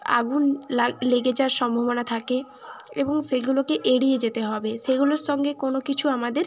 আগুন লাগ লেগে যাওয়ার সম্ভাবনা থাকে এবং সেগুলোকে এড়িয়ে যেতে হবে সেগুলোর সঙ্গে কোনো কিছু আমাদের